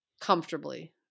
comfortably